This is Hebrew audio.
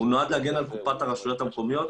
הוא נועד להגן על קופת הרשויות המקומיות.